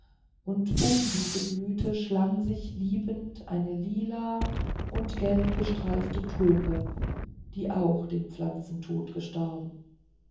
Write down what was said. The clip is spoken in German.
und um diese blüte schlang sich liebend eine lila und gelbgestreifte tulpe die auch den pflanzentod gestorben